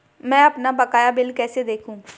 मैं अपना बकाया बिल कैसे देखूं?